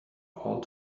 all